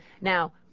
now